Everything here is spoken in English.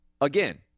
again